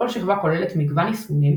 כל שכבה כוללת מגוון יישומים,